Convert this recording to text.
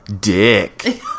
dick